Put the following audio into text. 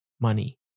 money